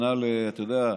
אתה יודע,